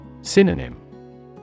Synonym